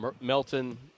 Melton